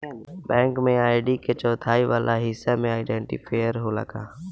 Bank में ID के चौथाई वाला हिस्सा में आइडेंटिफैएर होला का?